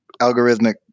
algorithmic